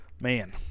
man